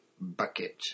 bucket